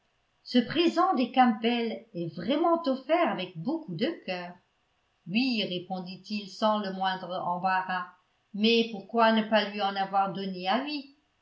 ce présent des campbell est vraiment offert avec beaucoup de cœur oui répondit-il sans le moindre embarras mais pourquoi ne pas lui en avoir donné avis